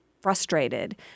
frustrated